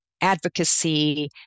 advocacy